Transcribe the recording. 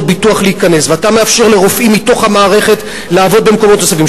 ביטוח להיכנס ואתה מאפשר לרופאים מתוך המערכת לעבוד במקומות נוספים,